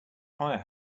fire